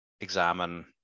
examine